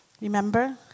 Remember